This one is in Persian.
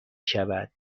شود